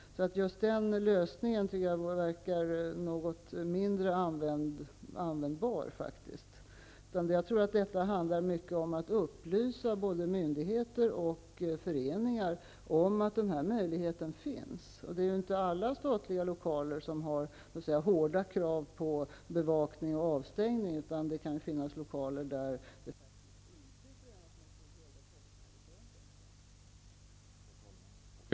Den lösningen förefaller faktiskt mindre användbar. Jag tror att detta mycket handlar om att upplysa både myndigheter och föreningar om att denna möjlighet finns. För alla statliga lokaler finns det ju inte hårda krav på bevakning och avstängning, utan det kan finnas lokaler som dessa krav inte gäller för.